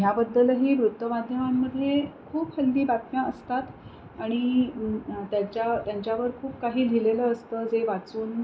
ह्याबद्दलही वृत्तमाध्यमांमध्ये खूप हल्ली बातम्या असतात आणि त्यांच्या त्यांच्यावर खूप काही लिहिलेलं असतं जे वाचून